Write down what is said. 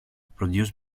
produced